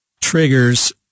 triggers